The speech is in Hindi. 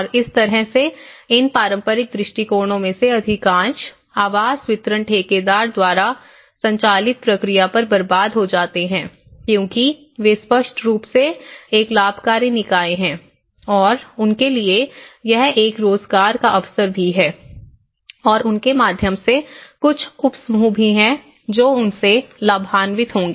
और इस तरह से इन पारंपरिक दृष्टिकोणों में से अधिकांश आवास वितरण ठेकेदार द्वारा संचालित प्रक्रिया पर बर्बाद हो जाते हैं क्योंकि वे स्पष्ट रूप से एक लाभकारी निकाय हैं और उनके लिए यह एक रोजगार का अवसर भी है और उनके माध्यम से कुछ उपसमूह भी हैं जो उनसे लाभान्वित होंगे